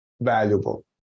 valuable